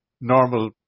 normal